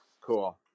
Cool